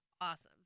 awesome